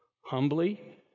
Humbly